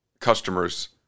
customers